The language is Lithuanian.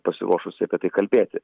yra pasiruošusi apie tai kalbėti